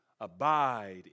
abide